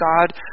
God